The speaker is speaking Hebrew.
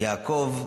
יעקב,